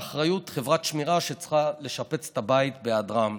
באחריות חברת שמירה שצריכה לשפץ את הבית בהיעדרם,